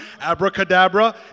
abracadabra